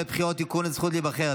(בחירות) (תיקון מס' 54) (הזכות להיבחר),